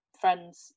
friends